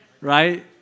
right